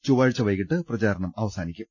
ചൊവ്വാഴ്ച വൈകിട്ട് പ്രചാരണം അവസാനിക്കും